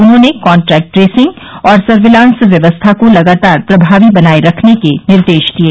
उन्होंने contact tracing और surveillance व्यवस्था को लगातार प्रभावी बनाये रखने के निर्देश दिये